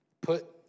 put